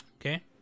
okay